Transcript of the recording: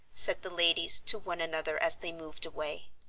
said the ladies to one another as they moved away.